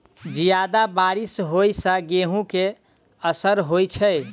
जियादा बारिश होइ सऽ गेंहूँ केँ असर होइ छै?